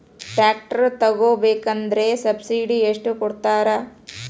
Tractor ತಗೋಬೇಕಾದ್ರೆ subsidy ಎಷ್ಟು ಕೊಡ್ತಾರ?